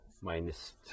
minus